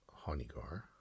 Honeygar